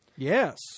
Yes